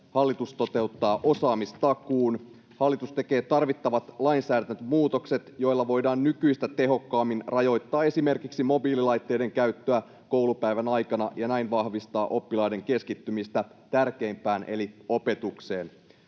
Hallitus toteuttaa osaamistakuun. Hallitus tekee tarvittavat lainsäädäntömuutokset, joilla voidaan nykyistä tehokkaammin rajoittaa esimerkiksi mobiililaitteiden käyttöä koulupäivän aikana ja näin vahvistaa oppilaiden keskittymistä tärkeimpään eli opetukseen.